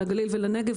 לגליל ולנגב,